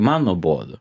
man nuobodu